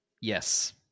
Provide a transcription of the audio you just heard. Yes